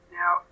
now